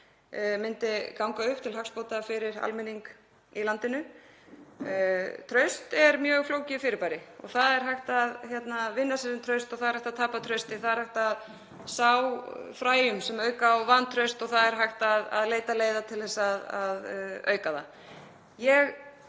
myndi ganga upp til hagsbóta fyrir almenning í landinu? Traust er mjög flókið fyrirbæri og það er hægt að vinna sér inn traust og það er hægt að tapa trausti, það er hægt að sá fræjum sem auka á vantraust og það er hægt að leita leiða til að auka það.